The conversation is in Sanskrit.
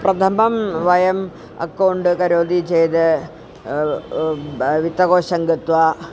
प्रथमं वयम् अकौण्ट् करोति चेद् वित्तकोशं गत्वा